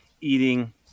Eating